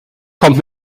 kommt